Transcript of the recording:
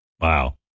Wow